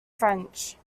french